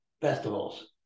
festivals